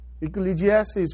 Ecclesiastes